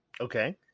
Okay